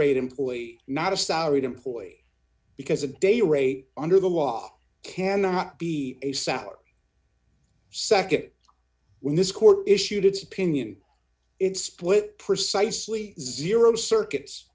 rate employee not a salaried employee because a day rate under the law cannot be a salary nd when this court issued its opinion its split precisely zero circuits